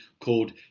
called